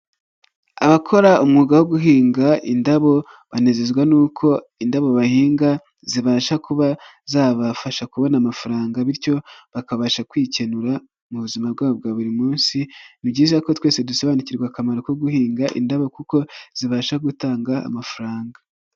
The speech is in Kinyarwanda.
Abakora umwuga wo guhinga indabo, banezezwa nuko indabo bahinga zibasha kuba zabafasha kubona amafaranga bityo bakabasha kwikenura mu buzima bwabo bwa buri munsi. Ni byiza ko twese dusobanukirwa akamaro ko guhinga indabo kuko zibasha gutanga amafaranga.